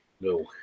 No